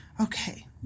Okay